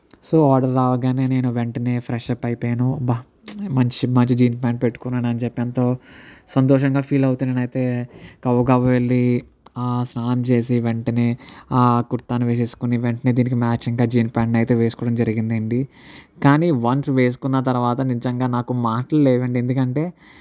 so order రావగానే నేను వెంటనే ఫ్రెష్ అప్ అయిపోయాను అబ్బా మంచి మంచి జీన్ పాంట్ పెట్టుకున్నాను అని చెప్పి ఎంతో సంతోషంగా ఫీల్ అవుతూ నేను అయితే గబగబా వెల్లి స్నానం చేసి వెంటనే కుర్తాని వేసేసుకోని వెంటనే దీనికి మ్యాచింగా జీన్ పాంట్ని అయితే వేసుకోవడం జరిగింది అండి కానీ వన్స్ వేసుకున్న తర్వాత నిజంగా నాకు మాటలు లేవండి ఎందుకంటే